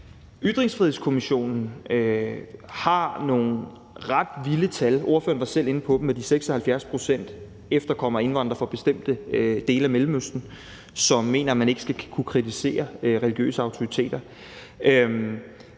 Ytringsfrihedskommissionen har nogle ret vilde tal. Ordføreren var selv inde på det med de 76 pct. af efterkommere af indvandrere fra bestemte dele af Mellemøsten, som mener, at man ikke skal kunne kritisere religiøse autoriteter.